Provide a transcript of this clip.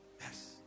yes